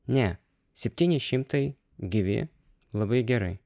ne septyni šimtai gyvi labai gerai